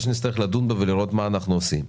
שנצטרך לדון בה ולראות מה אנחנו עושים,